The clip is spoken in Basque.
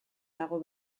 dago